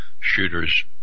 shooters